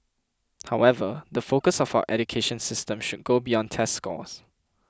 however the focus of our education system should go beyond test scores